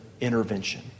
intervention